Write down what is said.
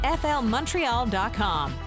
flmontreal.com